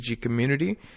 Community